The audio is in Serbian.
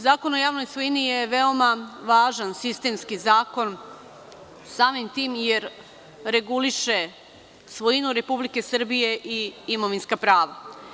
Zakon o javnoj svojini je veoma važan, sistemski zakon, samim tim jer reguliše svojinu Republike Srbije i imovinska prava.